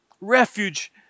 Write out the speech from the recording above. refuge